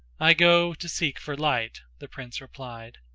i go to seek for light, the prince replied,